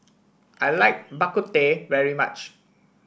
I like Bak Kut Teh very much